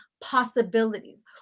possibilities